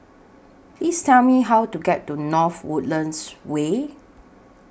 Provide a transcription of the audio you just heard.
Please Tell Me How to get to North Woodlands Way